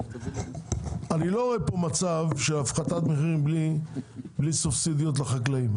אני לא רואה מצב של הפחתת מחירים בלי סובסידיות לחקלאים.